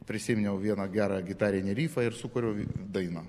prisiminiau vieną gerą gitarinį rifą ir sukūriau dainą